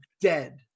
dead